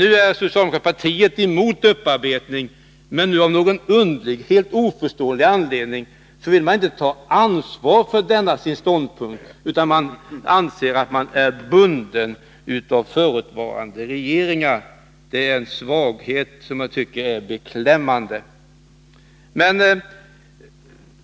Nu är socialdemokraterna emot upparbetning, men av någon oförklarlig anledning vill de inte ta ansvar för denna sin ståndpunkt utan anser sig bundna av förutvarande regeringar. Detta är en beklämmande svaghet.